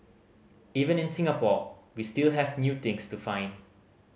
even in Singapore we still have new things to find